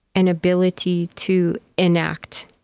an ability to enact,